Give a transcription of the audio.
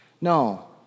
No